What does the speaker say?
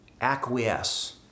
acquiesce